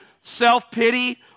self-pity